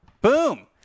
boom